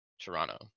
Toronto